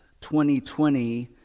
2020